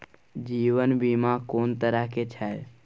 जीवन बीमा कोन तरह के छै?